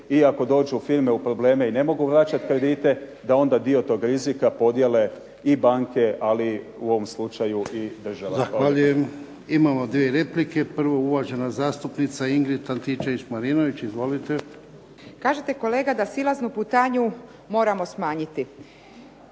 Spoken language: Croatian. I ako dođu firme u probleme i ne mogu vraćat kredite da onda dio tog rizika podijele i banke, ali u ovom slučaju i država. Hvala. **Jarnjak, Ivan (HDZ)** Zahvaljujem. Imamo dvije replike. Prvo uvažena zastupnica Ingrid Antičević-Marinović. Izvolite. **Antičević Marinović, Ingrid